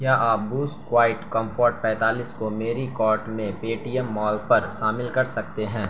کیا آپ Bose quiet comfort پینتالیس کو میری کارٹ میں پے ٹی ایم مال پر شامل کر سکتے ہیں